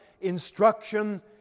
instruction